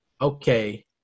okay